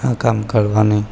આ કામ કરવાની